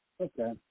Okay